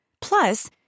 Plus